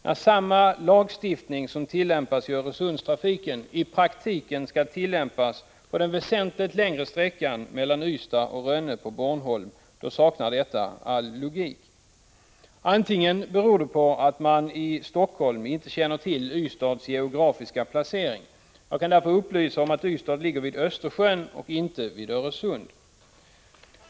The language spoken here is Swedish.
Att samma lagstiftning som tillämpas i Öresundstrafiken i praktiken skall tillämpas på den väsentligt längre sträckan mellan Ystad och Rönne på Bornholm saknar all logik. Antingen beror denna ologiska tillämpning på att man i Helsingfors inte känner till Ystads geografiska placering. Jag kan därför upplysa om att Ystad ligger vid Östersjön, inte vid Öresund.